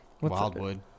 Wildwood